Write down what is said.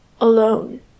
alone